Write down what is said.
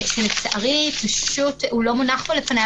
לצערי הוא לא מונח פה לפני,